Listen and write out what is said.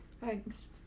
Thanks